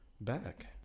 back